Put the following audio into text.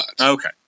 Okay